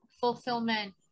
fulfillment